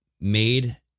made